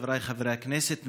חבריי חברי הכנסת,